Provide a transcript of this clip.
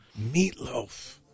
Meatloaf